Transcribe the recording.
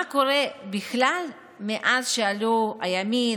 מה קורה בכלל מאז שעלו הימין,